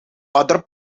other